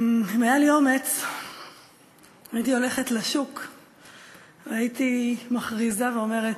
אם היה לי אומץ הייתי הולכת לשוק והייתי מכריזה ואומרת: